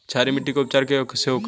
क्षारीय मिट्टी का उपचार कैसे होखे ला?